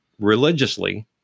religiously